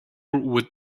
would